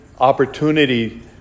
opportunity